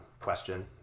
question